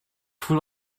full